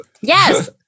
Yes